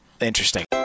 Interesting